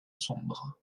sombre